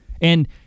And-